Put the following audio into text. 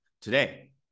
today